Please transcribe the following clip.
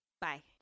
bye